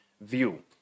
view